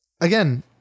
again